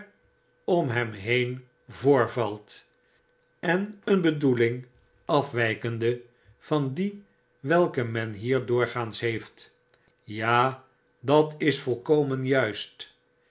om hem heen voorvalt en een bedoehng afwijkende van die welke men hier doorgaans heeft ja dat is volkomen juist